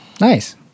Nice